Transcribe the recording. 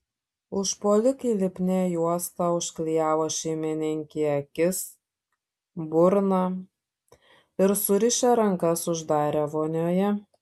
užpuolikai lipnia juosta užklijavo šeimininkei akis burną ir surišę rankas uždarė vonioje